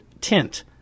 tint